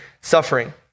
suffering